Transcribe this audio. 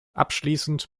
abschließend